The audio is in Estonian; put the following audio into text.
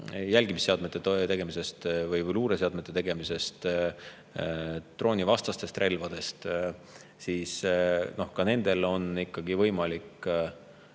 jälgimisseadmete tegemisest või luureseadmete tegemisest, droonivastastest relvadest, on ikkagi võimalik